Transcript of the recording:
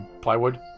plywood